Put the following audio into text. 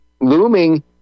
looming